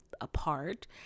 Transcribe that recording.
apart